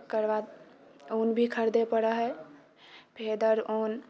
ओकर बाद ऊन भी खरीदै पड़ै हैय फेदर ऊन